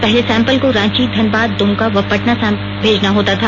पहले सैंपल को रांची धनबाद दुमका व पटना सैंपल भेजना होता था